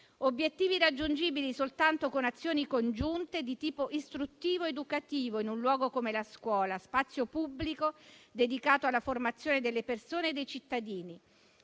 Obiettivi raggiungibili soltanto con azioni congiunte di tipo istruttivo-educativo in un luogo come la scuola, spazio pubblico dedicato alla formazione delle persone e dei cittadini,